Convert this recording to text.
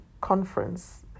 Conference